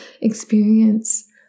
experience